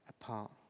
apart